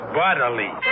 bodily